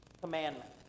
commandment